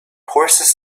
horses